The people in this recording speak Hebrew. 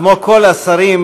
כמו כל השרים,